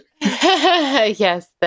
Yes